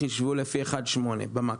חישבו לפי 1.8 מקסימום.